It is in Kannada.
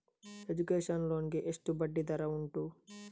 ಎಜುಕೇಶನ್ ಲೋನ್ ಗೆ ಎಷ್ಟು ಬಡ್ಡಿ ದರ ಉಂಟು?